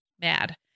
mad